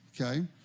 okay